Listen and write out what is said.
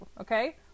Okay